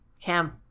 Cam